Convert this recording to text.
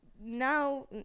now